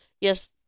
Yes